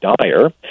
dire